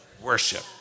worship